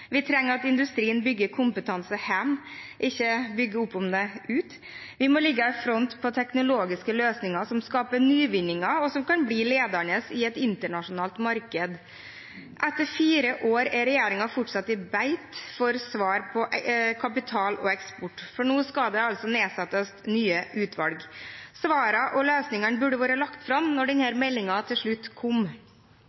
Vi trenger at industrien bygger kompetanse hjemme – ikke bygger opp om det ute. Vi må ligge i front på teknologiske løsninger som skaper nyvinninger, og som kan bli ledende i et internasjonalt marked. Etter fire år er regjeringen fortsatt i beit for svar på kapital og eksport. Nå skal det altså nedsettes nye utvalg. Svarene og løsningene burde vært lagt fram